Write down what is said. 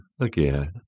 again